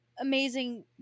amazing